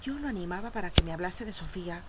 yo lo animaba para que me hablase de sofía